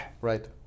Right